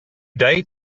date